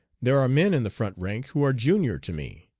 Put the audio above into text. there are men in the front rank who are junior to me.